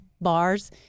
bars